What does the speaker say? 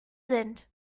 sind